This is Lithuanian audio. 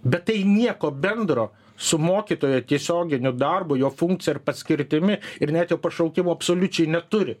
bet tai nieko bendro su mokytojo tiesioginiu darbu jo funkcija ar paskirtimi ir net jo pašaukimo absoliučiai neturi